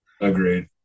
Agreed